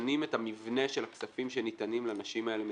משנים את המבנה של הכספים שניתנים לנשים האלה מלכתחילה.